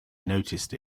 noticed